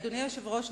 אדוני היושב-ראש,